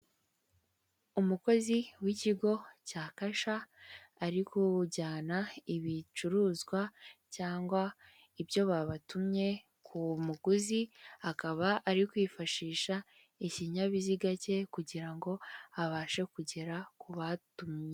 Umukozi w'ikigo cya Kasha ari kujyana ibicuruzwa cyangwa ibyo babatumye ku muguzi, akaba ari kwifashisha ikinyabiziga cye kugira ngo abashe kugera ku batumye.